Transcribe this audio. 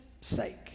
sake